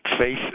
face